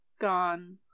gone